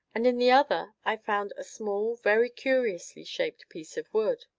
and in the other i found a small, very curiously shaped piece of wood.